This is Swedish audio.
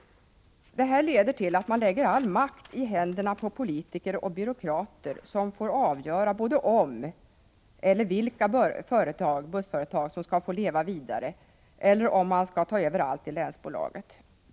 Man lägger all makt i händerna på politiker och byråkrater, som får avgöra om bussföretag skall få leva vidare, och i så fall vilka, eller om länstrafikbolaget skall ta över allt.